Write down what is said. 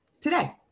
today